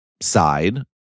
side